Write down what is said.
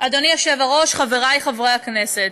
אדוני היושב-ראש, חבריי חברי הכנסת.